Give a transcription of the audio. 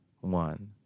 One